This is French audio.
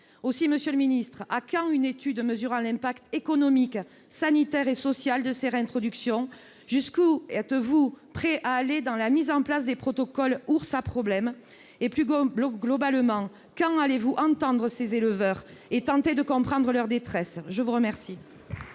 Aussi, monsieur le ministre d'État, à quand une étude mesurant l'impact économique, sanitaire et social de ces réintroductions ? Jusqu'où êtes-vous prêt à aller dans la mise en place des protocoles « ours à problème »? Plus globalement, quand allez-vous entendre ces éleveurs et tenter de comprendre leur détresse ? La parole